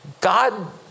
God